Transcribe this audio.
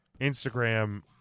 Instagram